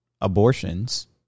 abortions